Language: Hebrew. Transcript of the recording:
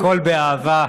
הכול באהבה.